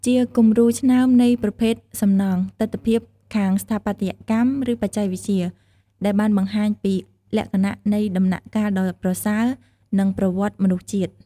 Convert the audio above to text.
ជាគំរូឆ្នើមនៃប្រភេទសំណង់ ទិដ្ឋភាពខាងស្ថាបត្យកម្ម ឬបច្ចេកវិទ្យា ដែលបានបង្ហាញពី លក្ខណៈនៃដំណាក់កាលដ៏ប្រសើរ និងប្រវត្តិមនុស្សជាតិ។